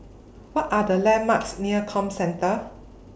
What Are The landmarks near Comcentre